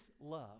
love